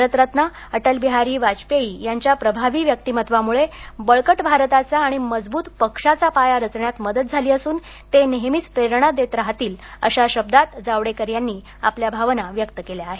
भारतरत्न अटलबिहारी वाजपेयी यांच्या प्रभावी व्यक्तिमत्त्वामुळे बळकट भारताचा आणि मजबूत पक्षाचा पाया रचण्यात मदत झाली असून ते नेहमीच प्रेरणा देत राहतील अशा शब्दांत जावडेकर यांनी आपल्या भावना व्यक्त केल्या आहेत